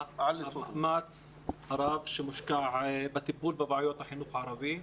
ועל המאמץ הרב שמושקע בטיפול בבעיות החינוך הערבי.